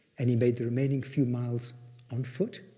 and he made the remaining few miles on foot,